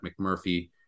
McMurphy